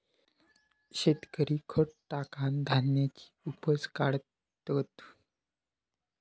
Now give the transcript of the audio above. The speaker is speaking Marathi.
शेतकरी खत टाकान धान्याची उपज काढतत